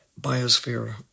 biosphere